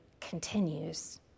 continues